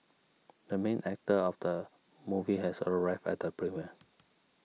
the main actor of the movie has arrived at the premiere